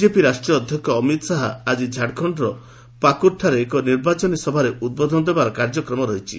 BJP ରାଷ୍ଟ୍ରୀୟ ଅଧ୍ୟକ୍ଷ ଅମିତ ଶାହା ଆକି ଝାଡ଼ଖଣ୍ଡର ପାକୁର୍ଠାରେ ଏକ ନିର୍ବାଚନୀ ସଭାରେ ଉଦ୍ବୋଧନ ଦେବାର କାର୍ଯ୍ୟକ୍ରମ ରହିଛି